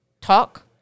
talk